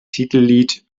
titellied